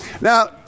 Now